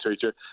teacher